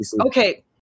Okay